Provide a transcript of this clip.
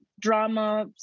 drama